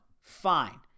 Fine